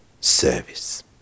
service